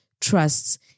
Trusts